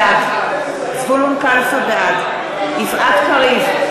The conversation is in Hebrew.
בעד יפעת קריב,